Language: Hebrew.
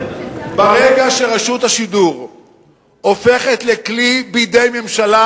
ברגע שרשות השידור הופכת לכלי בידי ממשלה,